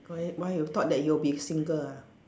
g~ why you thought that you'll be single ah